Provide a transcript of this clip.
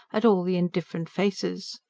at all the indifferent faces.